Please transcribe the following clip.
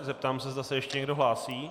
Zeptám se, zda se ještě někdo hlásí.